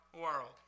world